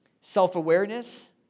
Self-awareness